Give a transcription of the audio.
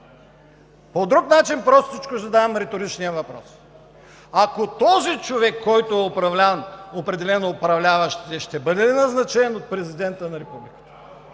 По друг начин простичко задавам риторичния въпрос. Ако този човек, който е определен от управляващите, ще бъде ли назначен от Президента на Републиката?